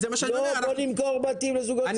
בואו נמכור בתים לזוגות צעירים